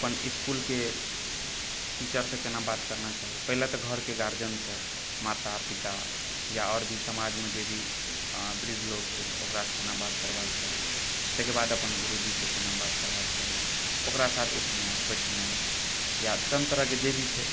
अपन इसकुलके टीचरसे केना बात करना चाही पहिले तऽ घरके गार्जियनसे माता पिता या आओर भी समाजमे जे भी वृद्ध लोग छै ओकरा से केना बात करबाक चाही ताहिके बाद अपन गुरूजीसे केना बात करबाक चाही ओकरा साथ उठनाइ बैठनाइ या चन्द तरहके जे भी छै